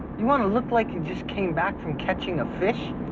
you wanna look like you just came back from catching a fish?